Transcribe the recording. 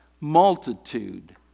multitude